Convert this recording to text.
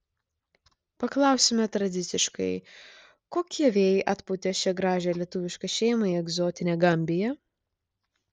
paklausime tradiciškai kokie vėjai atpūtė šią gražią lietuvišką šeimą į egzotinę gambiją